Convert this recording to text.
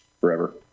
forever